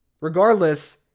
Regardless